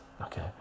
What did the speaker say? okay